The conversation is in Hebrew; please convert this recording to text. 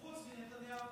חוץ מנתניהו.